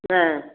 ஆ